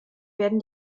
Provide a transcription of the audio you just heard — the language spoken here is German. werden